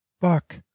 Buck